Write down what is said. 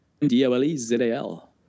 d-o-l-e-z-a-l